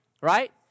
right